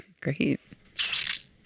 Great